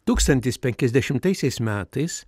tūkstantis penkiasdešimtaisiais metais